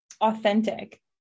authentic